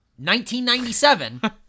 1997